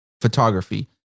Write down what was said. photography